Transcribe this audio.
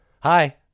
Hi